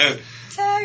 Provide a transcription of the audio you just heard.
Tag